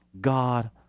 God